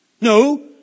No